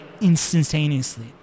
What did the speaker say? instantaneously